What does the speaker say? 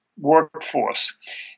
workforce